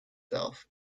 himself